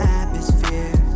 atmosphere